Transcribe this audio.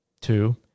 Two